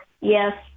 Yes